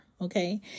okay